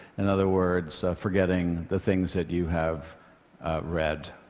in other words, forgetting the things that you have read.